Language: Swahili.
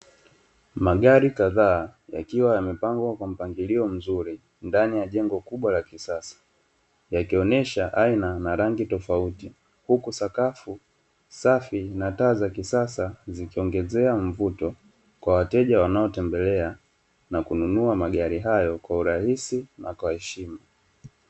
Magari kadhaa yakiwa yamepangwa kwa mpangilio mzuri ndani ya jengo la kisasa, yakionesha aina na rangi tofauti. Huku sakafu safi na taa za kisasa, zikiongezea mvuto kwa wateja wanaotembelea na kununua magari hayo kwa urahisi na heshima.